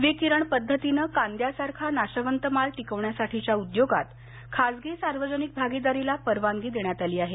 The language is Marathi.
विकिरण पद्धतीने कांद्यासारखा नाशवंत माल टिकवण्यासाठीच्या उद्योगात खाजगी सार्वजनिक भागिदारीला परवानगी देण्यात आली आहे